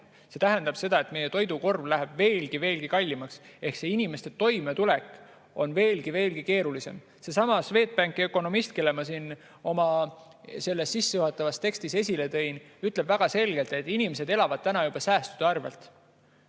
See tähendab seda, et meie toidukorv läheb veelgi-veelgi kallimaks ehk inimeste toimetulek on veelgi-veelgi keerulisem. Seesama Swedbanki ökonomist, kelle ma oma sissejuhatavas tekstis esile tõin, ütleb väga selgelt, et inimesed elavad juba praegu säästude arvelt.